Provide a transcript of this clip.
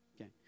Okay